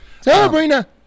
Sabrina